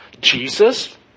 Jesus